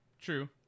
True